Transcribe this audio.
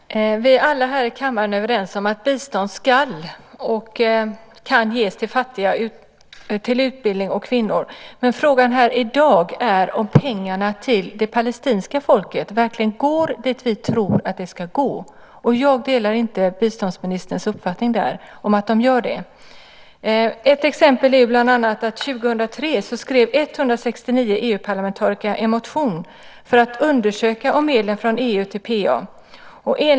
Herr talman! Vi är alla här i kammaren överens om att bistånd ska och kan ges till fattiga, till kvinnor och till utbildning. Men frågan i dag är om pengarna till det palestinska folket verkligen går dit vi tror att det ska gå. Jag delar inte biståndsministerns uppfattning att de gör det. Ett exempel är bland annat att 169 EU-parlamentariker 2003 skrev en motion för att undersöka medlen från EU till PA.